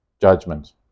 judgment